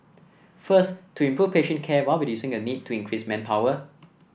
first to improve patient care while reducing the need to increase manpower